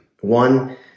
One